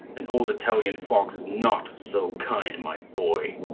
an old italian fox is not so kind, my boy.